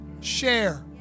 Share